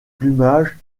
plumage